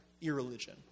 Irreligion